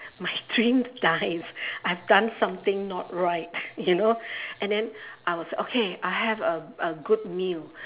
my dream dies I've done something not right you know and then I was okay I have a a good meal